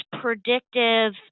predictive